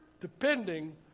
depending